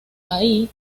ahí